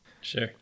Sure